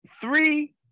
three